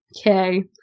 Okay